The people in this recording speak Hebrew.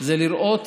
זה לראות